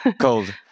Cold